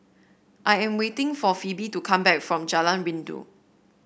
I am waiting for Phebe to come back from Jalan Rindu